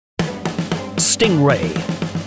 Stingray